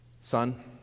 son